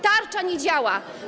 Tarcza nie działa.